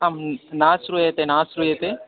आं न श्रूयते न श्रूयते